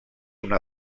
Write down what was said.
una